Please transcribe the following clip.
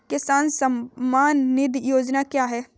किसान सम्मान निधि योजना क्या है?